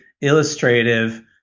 illustrative